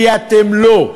כי אתם לא.